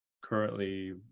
currently